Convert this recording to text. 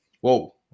Whoa